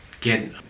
get